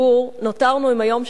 נותרנו עם היום שאחרי העסקה.